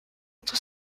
entre